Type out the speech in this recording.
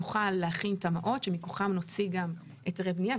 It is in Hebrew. נוכל להכין תמ"אות שמכוחן נוציא גם היתרי בנייה,